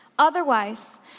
Otherwise